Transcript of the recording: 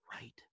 right